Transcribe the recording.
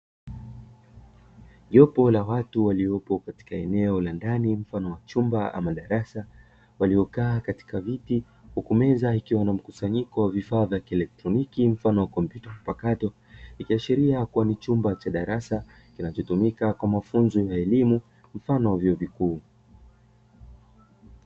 Jopo la watu waliopo katika eneo la ndani mfano wa chumba hama darasa, waliokaa katika viti huku meza ikiwa na mkusanyiko wa vifaa vya kieletroniki mfano wa kompyuta mpakato. Ikiashiria kuwa ni chumba cha darasa kinachotumika kwa mafunzo ya elimu mfano wa vyuo vikuu.